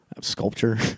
Sculpture